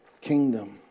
kingdom